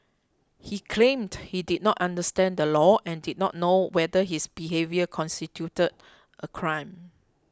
he claimed he did not understand the law and did not know whether his behaviour constituted a crime